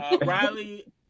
Riley